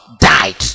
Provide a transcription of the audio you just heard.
died